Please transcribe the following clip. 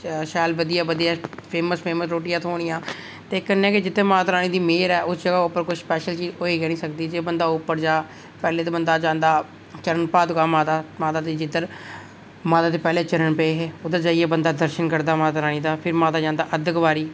शैल बधिया बधिया फेमस फेमस रोटियां थ्होनियां ते कन्नै गै जित्थै माता रानी दी मेह्र ऐ उस जगह उप्पर कोई स्पैशल चीज होई केह् नी सकदी जे बंदा उप्पर जा पैह्लें ते बंदा जंदा चरण पादुका माता दी जिद्धर माता दे पैहले चरण पे हे उद्दर जाइयै बंदा दर्शन करदा माता रानी दे फिर माता जंदा अद्ध कुंवारी